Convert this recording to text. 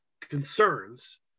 concerns